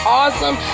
awesome